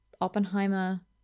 Oppenheimer